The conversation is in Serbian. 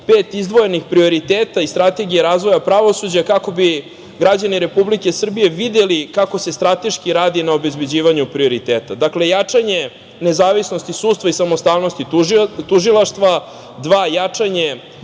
pet izdvojenih prioriteta iz Strategije razvoja pravosuđa, kako bi građani Republike Srbije videli kako se strateški radi na obezbeđivanju prioriteta, dakle, jačanje nezavisnosti sudstva i samostalnosti tužilaštva. Dva, dalje